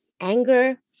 anger